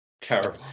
Terrible